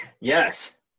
Yes